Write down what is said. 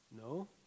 no